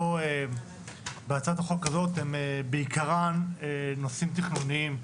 בהצעת החוק הזאת הם בעיקרם נושאים תכנוניים.